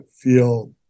feel